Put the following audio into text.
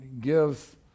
gives